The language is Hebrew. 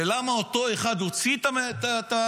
ולמה אותו אחד הוציא את המסמך,